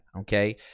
okay